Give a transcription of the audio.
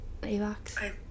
Avox